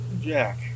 Jack